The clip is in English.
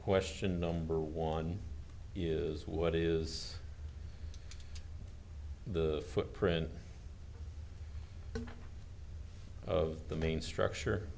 question number one is what is the footprint of the main structure